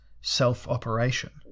self-operation